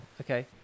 Okay